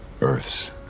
Earths